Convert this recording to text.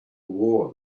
war